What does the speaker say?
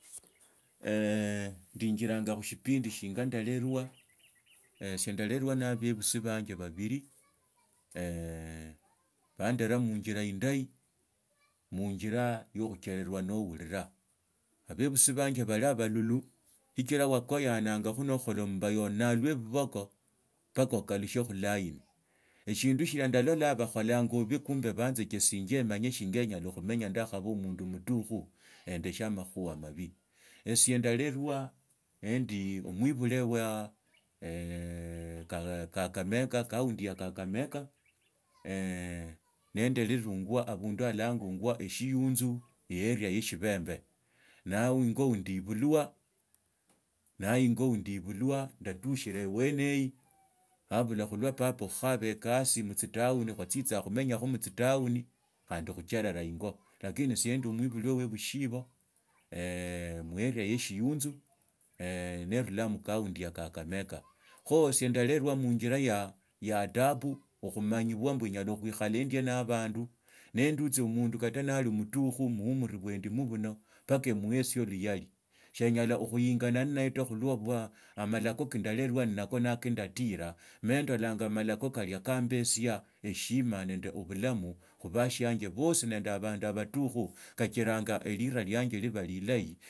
Ndinilanga khushipindi singa ndalelua etsa ndalawa no olbabusi banja babili mandara munjila indahi munjera yo khucherwa nohurivaa ababusi banji bali ababulu sichira wako yangakhhu nikhola mmbayo nnalwa biboko mbaka okalushe khulaini eshindu shia ndololanga bakholanga bubi kumbe banjekesinja emanye shinga enyala khumanya ndakhaba mundu mutuku endesbe amakhuba amabi. Esiye ndarelwa nendi mwibule wa kakamega ecounty ya kakamega nenderi lungwe abundu olangungwa eshrunzu eeria ye shibembe naundi ingo wa ndiibulwa ndatushira ebwene hii khabula khulwo papa okhukhola ekasi nootsitowni khwatsitsaa khumenyakho mutsitawani khandi khucherera ingo lakini sie ndi mwibulu we shisiba mueria ye shiunzu narulaa mucounty ya kakamega khu ise ndarelwa mynyila yo adabu okhumanyibwa mba nyala khuikala yo adabu okhumanyibwa mba nyala khoikhala mb una adabu nendutsi mundukata nali omutukhu muumuri bwe ndimo bunu mbaka emuheshi amalako ka ndalelwa nnako ne kandatiila nendola amalako kalia kambatsia heshima nende obilamo bwashianja bosi nanda abandu batukhu kachira erila lianje liba tilahi.